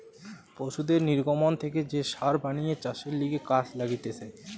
পশুদের নির্গমন থেকে যে সার বানিয়ে চাষের লিগে কাজে লাগতিছে